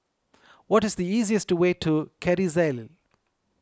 what is the easiest way to Kerrisdale